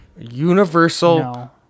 Universal